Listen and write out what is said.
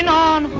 and on